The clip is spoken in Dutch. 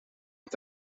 met